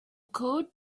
cold